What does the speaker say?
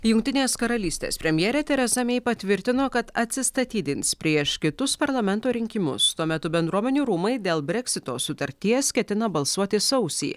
jungtinės karalystės premjerė teresa mei patvirtino kad atsistatydins prieš kitus parlamento rinkimus tuo metu bendruomenių rūmai dėl breksito sutarties ketina balsuoti sausį